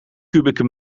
kubieke